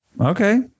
okay